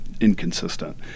inconsistent